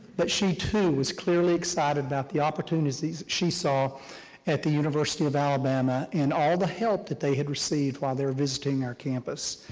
but she, too, was clearly excited about the opportunities she saw at the university of alabama and all the help that they had received while they were visiting our campus.